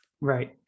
Right